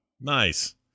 nice